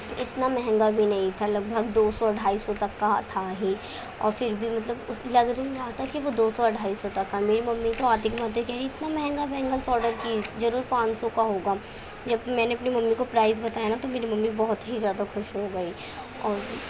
اتنا مہنگا بھی نہیں تھا لگ بھگ دو سو ڈھائی سو تک کا تھا ہی اور پھر بھی مطلب اس لگ نہیں رہا تھا کہ وہ دو سو یا ڈھائی سو تک کا میرے ممی تو آتے کے ساتھ ہی کہیں اتنا مہنگا مہنگا سا آڈر کی ضرور پانچ سو کا ہوگا جبکہ میں نے اپنی ممی کو پرائز بتایا تو میری ممی بہت ہی زیادہ خوش ہو گئی اور